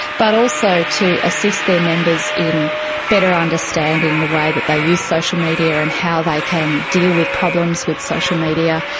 but also to assist their members in better understanding the way that they use social media and how they can deal with problems with social media,